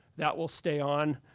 that will stay on.